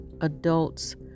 adults